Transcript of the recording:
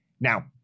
now